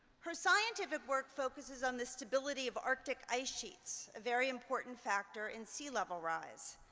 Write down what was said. her scientific work focuses on the stability of arctic ice sheets a very important factor in sea level rise.